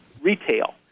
retail